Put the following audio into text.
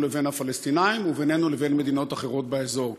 לבין הפלסטינים ובינינו לבין מדינות אחרות באזור.